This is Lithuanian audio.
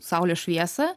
saulės šviesa